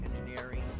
Engineering